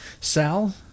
Sal